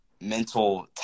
mental